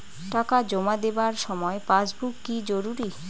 টাকা জমা দেবার সময় পাসবুক কি জরুরি?